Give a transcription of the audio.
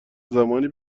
زمانی